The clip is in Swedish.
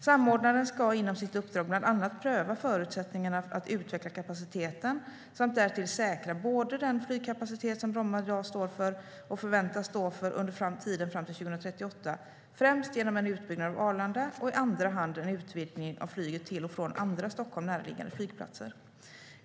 Samordnaren ska inom sitt uppdrag bland annat pröva förutsättningarna att utveckla kapaciteten samt därtill säkra både den flygkapacitet Bromma i dag står för och den flygkapacitet Bromma förväntas stå för under tiden fram till 2038 genom främst en utbyggnad av Arlanda och i andra hand en utvidgning av flyget till och från andra Stockholm närliggande flygplatser.